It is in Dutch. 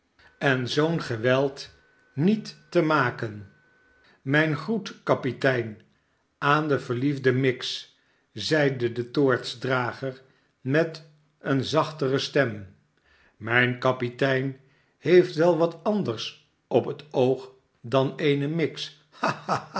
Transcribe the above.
en zoo'n geweld niet te maken mijn groet kapitein aan de verliefde miggs zeide de toortsdrager met eene zachtere stem mijn kapitein heeft wel wat anders op het oog dan eene miggs